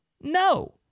No